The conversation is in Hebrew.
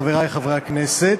חברי חברי הכנסת,